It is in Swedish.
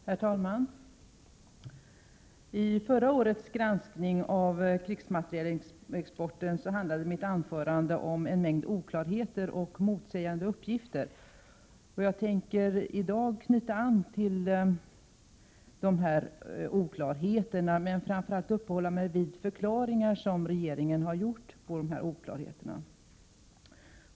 Herr talman! Vid förra årets granskning av krigsmaterielexporten handlade mitt anförande om en mängd oklarheter och motsägande uppgifter. I dag tänker jag knyta an till oklarheterna, men framför allt tänker jag uppehålla mig vid de förklaringar som regeringen har gjort beträffande oklarheterna.